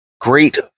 great